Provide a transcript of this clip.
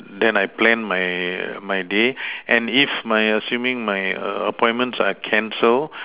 then I plan my my day and if my assuming my appointments are cancelled